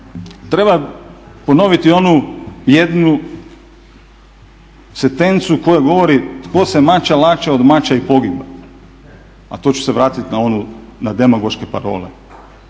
Treba ponoviti onu jednu sentencu koja govori tko se mača lača od mača i pogiba. A to ću se vratiti na demagoške parole